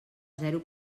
zero